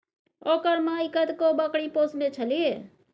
ओकर माइ कतेको बकरी पोसने छलीह